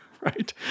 Right